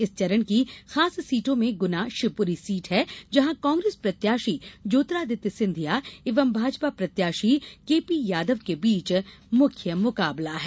इस चरण की खास सीटों में गुना शिवपुरी सीट है जहां कांग्रेस प्रत्याशी ज्योतिरादित्य सिंधिया एवं भाजपा प्रत्याशी के पी यादव के बीच मुख्य मुकाबला है